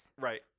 Right